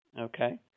Okay